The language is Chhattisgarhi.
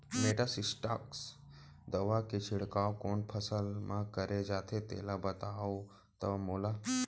मेटासिस्टाक्स दवा के छिड़काव कोन फसल म करे जाथे तेला बताओ त मोला?